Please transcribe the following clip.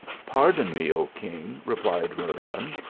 pardon me, o king! replied rodovan,